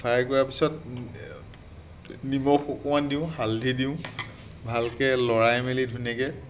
fry কৰা পিছত নিমখ অকণমান দিওঁ হালধি দিওঁ ভালকৈ লৰাই মেলি ধুনীয়াকৈ